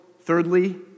Thirdly